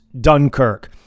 Dunkirk